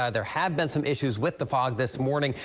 ah there have been some issues with the fog this morning.